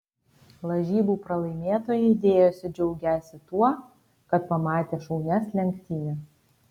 lažybų pralaimėtojai dėjosi džiaugiąsi tuo kad pamatė šaunias lenktynes